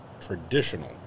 traditional